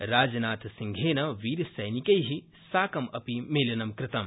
राजनाथसिंह वीरसैनिकै साकमपि मेलनं कृतवान्